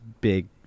big